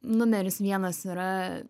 numeris vienas yra